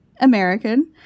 American